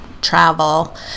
travel